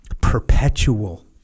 perpetual